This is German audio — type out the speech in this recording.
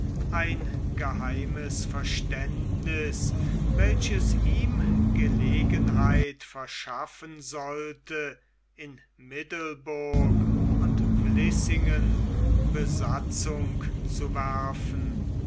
ein geheimes verständniß welches ihm gelegenheit verschaffen sollte in middelburg und vließingen besatzung zu werfen